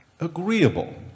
agreeable